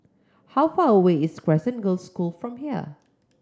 how far away is Crescent Girls' School from here